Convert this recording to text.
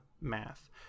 math